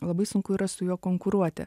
labai sunku yra su juo konkuruoti